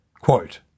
Quote